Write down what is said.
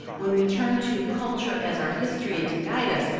when we turn to culture as our history and to guide us,